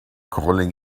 calling